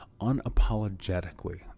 unapologetically